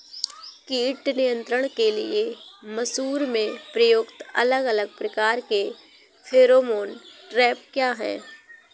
कीट नियंत्रण के लिए मसूर में प्रयुक्त अलग अलग प्रकार के फेरोमोन ट्रैप क्या है?